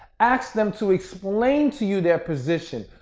ask them to explain to you their position.